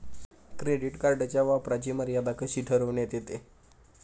Credit कार्डच्या वापराची मर्यादा कशी ठरविण्यात येते?